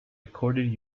recorded